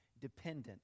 dependent